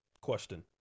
question